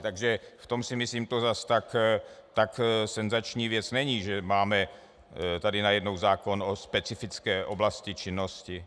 Takže v tom si myslím, že to zas tak senzační věc není, že máme tady najednou zákon o specifické oblasti činnosti.